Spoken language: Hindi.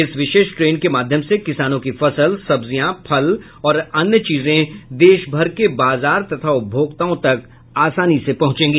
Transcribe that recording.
इस विशेष ट्रेन के माध्यम से किसानों की फसल सब्जियां फल और अन्य चीजें देशभर के बाजार तथा उपभोक्ताओं तक आसानी से पहुंचेगी